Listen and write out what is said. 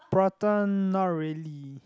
prata not really